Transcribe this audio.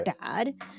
bad